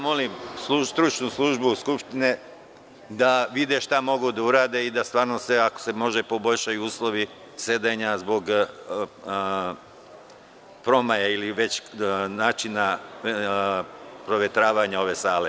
Molim stručnu službu Skupštine da vide šta mogu da urade i da se, ako može, poboljšaju uslovi sedenja zbog promaje ili načina provetravanja ove sale.